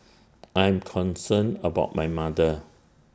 I am concerned about my mother